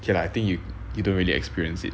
okay lah I think you you don't really experience it